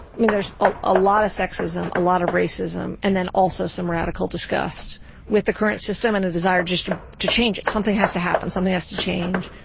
i mean there's ah a lot of sexism, a lot of racism and then also some radical disgust with the current system and a desire just to change it. something has to happen, something has to change.